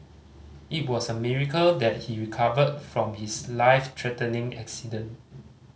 it was a miracle that he recovered from his life threatening accident